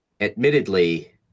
admittedly